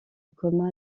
coma